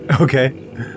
Okay